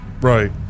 Right